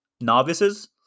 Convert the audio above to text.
novices